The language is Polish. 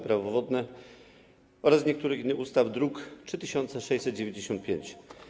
Prawo wodne oraz niektórych innych ustaw, druk nr 3695.